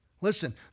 Listen